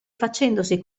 facendosi